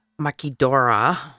Makidora